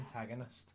antagonist